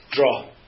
Draw